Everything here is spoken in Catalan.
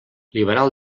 liberal